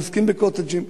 מתעסקים ב"קוטג'ים",